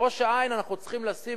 בראש-העין אנחנו צריכים לשים,